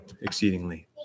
exceedingly